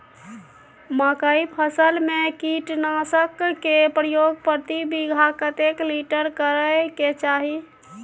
मकई फसल में कीटनासक के प्रयोग प्रति बीघा कतेक लीटर करय के चाही?